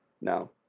No